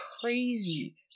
crazy